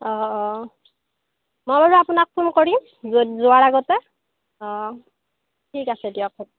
অ' অ' মই বাৰু আপোনাক ফোন কৰিম যোৱাৰ আগতে অ' ঠিক আছে দিয়ক